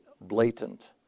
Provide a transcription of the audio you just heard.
blatant